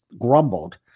grumbled